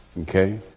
Okay